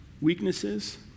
weaknesses